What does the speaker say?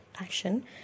action